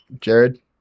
Jared